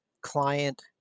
client